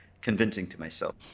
convincing-to-myself